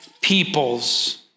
peoples